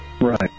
Right